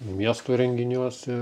miesto renginiuose